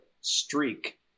streak